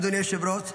אדוני היושב-ראש,